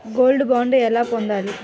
Gold bond ఎలా పొందాలి?